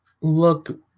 look